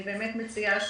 אני באמת מציעה שתזמינו,